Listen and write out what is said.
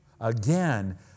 Again